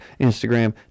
Instagram